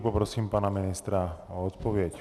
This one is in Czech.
Poprosím pana ministra o odpověď.